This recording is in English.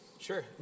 Sure